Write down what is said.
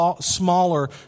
smaller